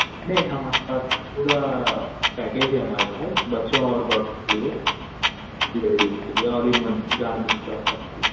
نہیں ہے ہمارے پاس پورا پیکچ ہے ہمارے پاس بچوں اور بڑوں کے لیے لیڈیز کےلیے all in one garment shop ہے ہماری